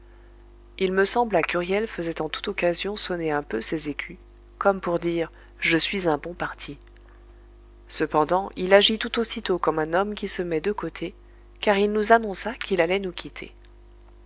il me sembla qu'huriel faisait en toute occasion sonner un peu ses écus comme pour dire je suis un bon parti cependant il agit tout aussitôt comme un homme qui se met de côté car il nous annonça qu'il allait nous quitter